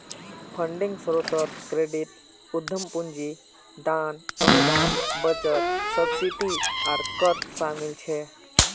funding स्रोतोत credit, उद्दाम पूंजी, दान, अनुदान, बचत, सब्सिडी आर कर शामिल छे